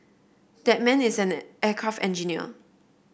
that man is an aircraft engineer